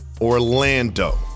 Orlando